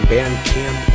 Bandcamp